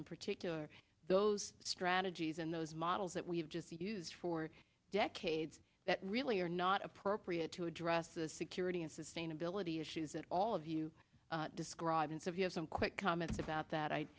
in particular those strategies and those models that we've just used for decades that really are not appropriate to address the security and sustainability issues that all of you described in some quick comments about that i